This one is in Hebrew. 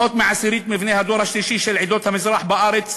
פחות מעשירית מבני הדור השלישי של עדות המזרח בארץ